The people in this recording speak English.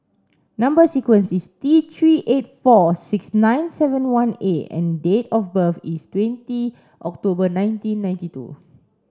number sequence is T three eight four six nine seven one A and date of birth is twenty October nineteen ninety two